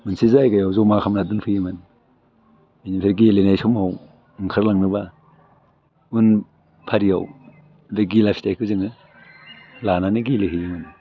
मोनसे जायगायाव जमा खालामना दोनफैयोमोन बिनिफ्राय गेलेनाय समाव ओंखारलांनोबा मोन फारियाव बे घिला फिथाइखौ जोङो लानानै गेलेहैयोमोन